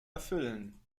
erfüllen